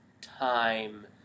time